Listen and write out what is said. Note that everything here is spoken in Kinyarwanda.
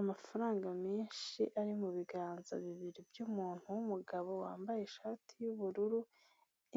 Amafaranga menshi ari mu biganza bibiri by'umuntu w'umugabo wambaye ishati y'ubururu,